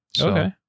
Okay